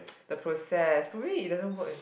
the process probably it doesn't work in